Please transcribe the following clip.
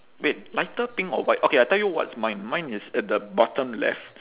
wait lighter pink or white okay I tell you what's mine mine is at the bottom left